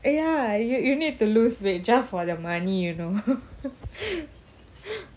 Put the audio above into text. ya you you need to lose weight just for the money you know